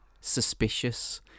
suspicious